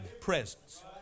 presence